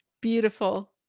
Beautiful